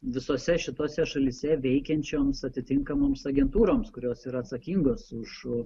visose šitose šalyse veikiančioms atitinkamoms agentūroms kurios yra atsakingos už